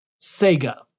Sega